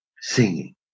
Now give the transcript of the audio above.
singing